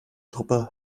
truppe